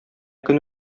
көн